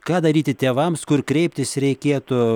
ką daryti tėvams kur kreiptis reikėtų